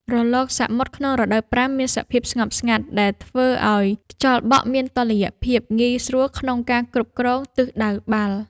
រលកសមុទ្រក្នុងរដូវប្រាំងមានសភាពស្ងប់ស្ងាត់ ដែលធ្វើឱ្យខ្យល់បក់មានតុល្យភាព ងាយស្រួលក្នុងការគ្រប់គ្រងទិសដៅបាល់។